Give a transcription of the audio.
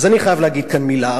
אז אני חייב להגיד כאן מלה.